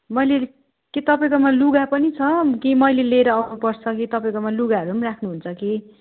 मैले कि तपाईँकोमा लुगा पनि छ कि मैले लिएर आउनु पर्छ कि तपाईँकोमा लुगाहरू पनि राख्नु हुन्छ कि